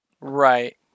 Right